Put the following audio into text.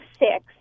six